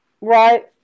Right